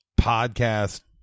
podcast